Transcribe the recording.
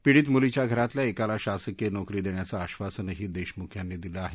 पिडीत मुलीच्या घरातल्या एकाला शासकीय नोकरी देण्याचं आधासनही देखमुख यांनी दिलं आहे